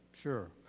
Sure